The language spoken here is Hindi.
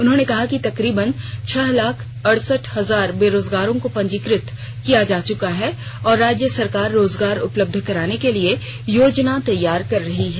उन्होंने कहा कि तकरीबन छह लाख अड़सठ हजार बेरोजगारों को पंजीकृत किया जा चुका है और राज्य सरकार रोजगार उपलब्ध कराने के लिए योजना तैयार कर रही है